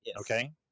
Okay